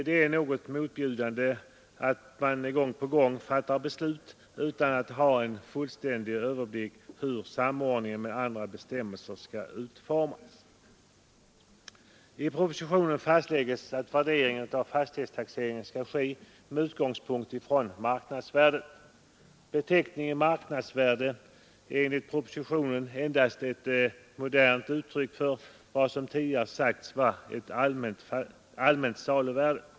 Det är något motbjudande att man gång på gång fattar beslut utan att ha en fullständig överblick över hur samordning med andra bestämmelser skall utformas. I propositionen fastlägges att värderingen vid fastighetstaxering skall ske med utgångspunkt i marknadsvärdet. Beteckningen marknadsvärde är enligt propositionen endast ett modernt uttryck för vad som tidigare sagts vara ett allmänt saluvärde.